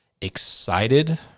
excited